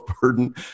burden